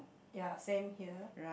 ya same here